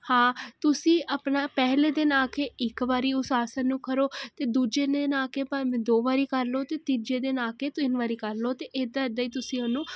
ਹਾਂ ਤੁਸੀਂ ਆਪਨਾ ਪਹਿਲੇ ਦਿਨ ਆ ਕੇ ਇੱਕ ਵਾਰੀ ਉਸ ਆਸਨ ਨੂੰ ਕਰੋ ਤੇ ਦੂਜੇ ਦਿਨ ਆ ਕੇ ਭਾਵੇਂ ਦੋ ਵਾਰੀ ਕਰ ਲੋ ਤੇ ਤੀਜੇ ਦਿਨ ਆ ਕੇ ਤਿੰਨ ਵਾਰੀ ਕਰ ਲੋ ਤੇ ਏਦਾਂ ਏਦਾਂ ਈ ਤੁਸੀਂ ਉਹਨੂੰ